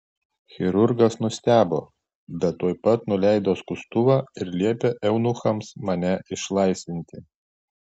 chirurgas nustebo bet tuoj pat nuleido skustuvą ir liepė eunuchams mane išlaisvinti